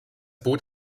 boot